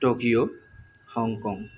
Tokyo Hong Kong